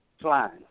flying